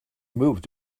moved